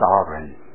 sovereign